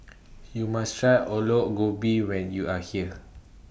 YOU must Try Aloo Gobi when YOU Are here